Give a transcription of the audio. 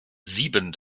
sieben